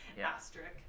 Asterisk